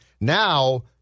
now